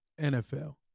NFL